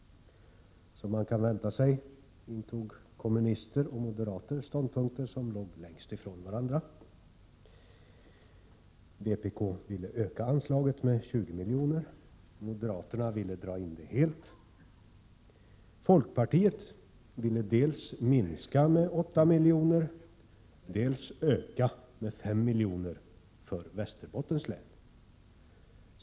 Som man kan vänta sig intog kommunister och moderater ståndpunkter som låg längst ifrån varandra. Vpk ville öka anslaget med 20 milj.kr. Moderaterna ville dra in det helt. Folkpartiet ville dels minska med 8 milj.kr., dels öka med 5 milj.kr. för Västerbottens län.